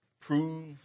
Prove